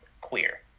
queer